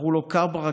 קראו לו: כברה,